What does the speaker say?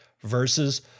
versus